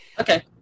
Okay